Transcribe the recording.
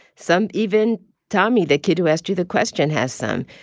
some even tommy, the kid who asked you the question, has some.